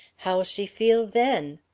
how'll she feel then?